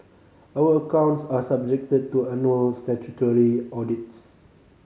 our accounts are subjected to annual statutory audits